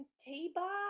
t-bar